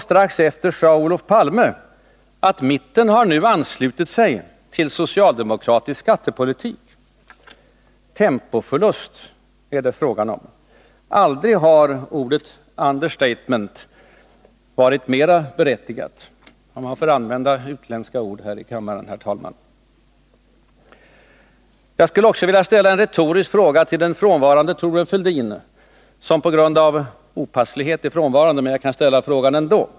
Strax efter sade Olof Palme att mittenpartierna nu har anslutit sig till socialdemokratisk skattepolitik. ”Tempoförlust” är det fråga om. Aldrig har ordet understatement varit mer berättigat, om man får använda utländska ord här i kammaren, herr talman. Jag skulle också vilja ställa en retorisk fråga till Thorbjörn Fälldin, som på grund av opasslighet är frånvarande. Jag kan ställa frågan ändå.